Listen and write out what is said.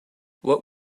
what